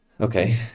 Okay